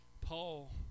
Paul